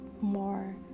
more